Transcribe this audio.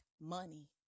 money